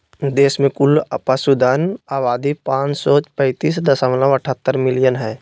देश में कुल पशुधन आबादी पांच सौ पैतीस दशमलव अठहतर मिलियन हइ